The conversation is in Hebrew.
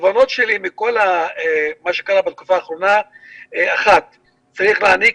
התובנות שלי מכל מה שקרה בתקופה האחרונה הן שצריך להעניק